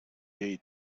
day